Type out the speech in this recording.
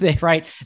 right